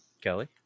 Kelly